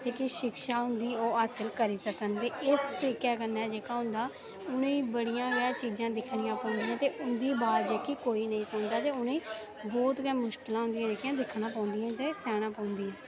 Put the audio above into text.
ते जेह्की शिक्षा होंंदी ओह् हासिल करी सकन एह् इस तरीकै कन्नै होंदा उनेंगी बड़ियां गै चीज़ां दिक्खना पौंदियां ते उं'दी वाज़ जेह्की कोई नेईं सुनदा ते उ'नेंगी बहुत गै मुशकलां होंदियां जेह्कियां दिक्खना पौंदियां ते सैह्नां पौंदियां